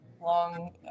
long